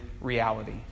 reality